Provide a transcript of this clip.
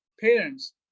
parents